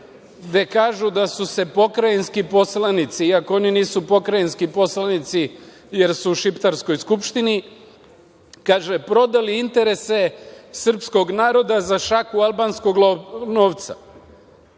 gde kažu da su pokrajinski poslanici, iako oni nisu pokrajinski poslanici, jer su u šiptarskoj skupštini, kaže, prodali interese srpskog naroda za šaku albanskog novca.